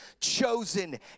chosen